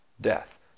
death